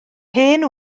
hen